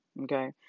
okay